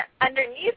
underneath